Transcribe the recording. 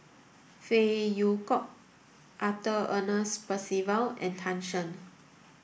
Phey Yew Kok Arthur Ernest Percival and Tan Shen